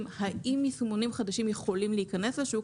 האם יישומונים חדשים יכולים להיכנס לשוק,